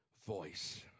Voice